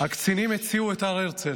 הקצינים הציעו את הר הרצל.